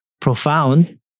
profound